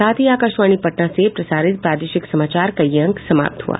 इसके साथ ही आकाशवाणी पटना से प्रसारित प्रादेशिक समाचार का ये अंक समाप्त हुआ